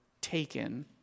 taken